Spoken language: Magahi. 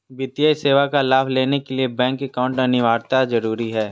वित्तीय सेवा का लाभ लेने के लिए बैंक अकाउंट अनिवार्यता जरूरी है?